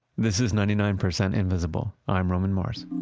this is ninety nine percent invisible. i'm roman mars